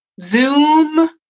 Zoom